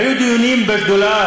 היו דיונים בשדולה,